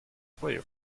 player